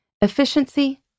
Efficiency